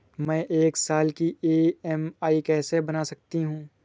मैं एक साल की ई.एम.आई कैसे बना सकती हूँ?